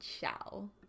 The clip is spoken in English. ciao